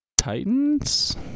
Titans